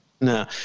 No